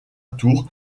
tour